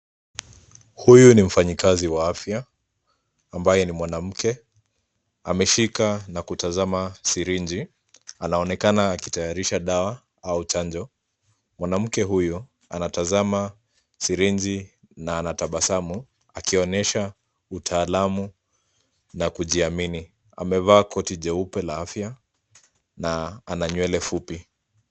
Huyu ni mfanyikazi wa afya ambaye ni mwanamke ameshika na kutazama sirinji. Anaonekana akitayarisha dawa au uchanjo. Mwanamke huyu anatazama sirinji na anatabasamu akionesha utaalamu na kujiamini. Amevaa koti jeupe la afya na ana nywele fupi.